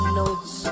notes